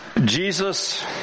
Jesus